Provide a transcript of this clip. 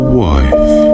wife